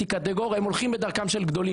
קטגור הם הולכים בדרכם של גדולים,